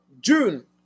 June